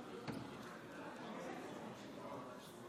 להתמודדות עם נגיף הקורונה החדש (הוראת שעה)